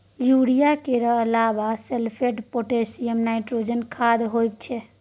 urea केर अलाबा sulphate, potassium, nitrogen खाद होइ छै